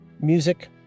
music